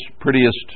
prettiest